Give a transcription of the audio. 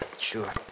Sure